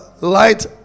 light